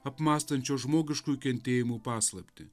apmąstančios žmogiškųjų kentėjimų paslaptį